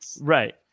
Right